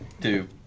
Two